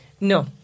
no